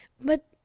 But